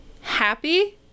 happy